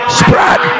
spread